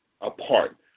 apart